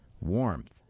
warmth